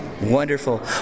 Wonderful